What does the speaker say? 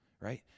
right